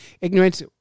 ignorance